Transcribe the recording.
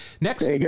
Next